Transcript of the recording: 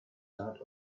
that